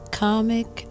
comic